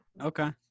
Okay